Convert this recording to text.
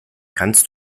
kannst